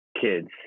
kids